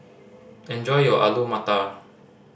enjoy your Alu Matar